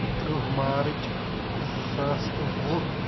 ترٕہ مارٕچ زٕ ساس تہٕ وُہ